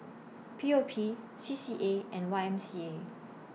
P O P C C A and Y M C A